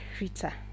Rita